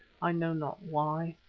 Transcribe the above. i know not why.